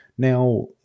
Now